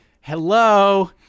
Hello